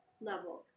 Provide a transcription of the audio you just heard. level